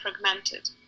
fragmented